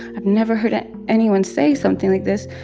i've never heard anyone say something like this,